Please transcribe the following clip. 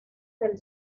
del